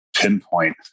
pinpoint